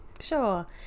Sure